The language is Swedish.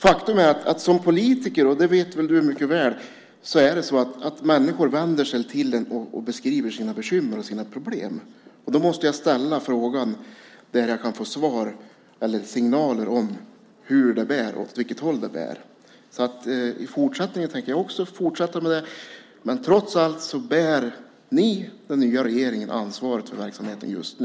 Faktum är att människor vänder sig till oss som politiker och beskriver sina bekymmer och problem. Det vet du säkert mycket väl. Då måste jag ställa frågan där jag kan få svar eller signaler om åt vilket håll det bär. Jag tänker fortsätta med det. Det är trots allt du och regeringen som bär ansvaret för verksamheten just nu.